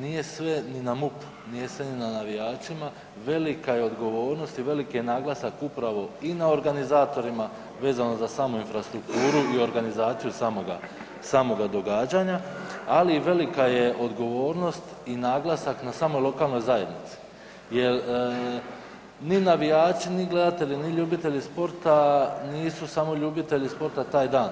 Nije sve ni na MUP-u, nije sve ni na navijačima, velika je odgovornost i veliki je naglasak upravo i na organizatorima vezano za samu infrastrukturu i organizaciju samoga događanja ali i velika odgovornost i naglasak na samoj lokalnoj zajednici jer ni navijači ni gledatelji ni ljubitelji sporta, nisu samo ljubitelji sporta taj dan